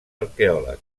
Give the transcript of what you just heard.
arqueòlegs